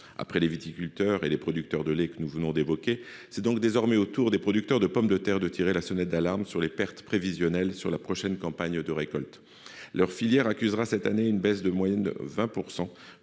après les viticulteurs et les producteurs de lait que nous venons d'évoquer, c'est donc désormais au tour des producteurs de pommes de terre, de tirer la sonnette d'alarme sur les pertes prévisionnelles sur la prochaine campagne de récolte leur filière accusera cette année une baisse de moyenne de 20